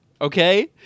Okay